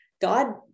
God